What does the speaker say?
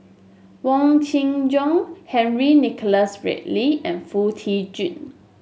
Wong Kin Jong Henry Nicholas Ridley and Foo Tee Jun